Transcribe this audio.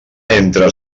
entre